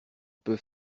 peut